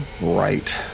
right